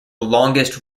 longest